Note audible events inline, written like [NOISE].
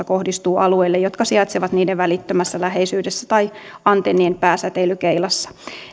[UNINTELLIGIBLE] kohdistuu alueille jotka sijaitsevat niiden välittömässä läheisyydessä tai antennien pääsäteilykeilassa